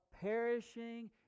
perishing